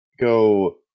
go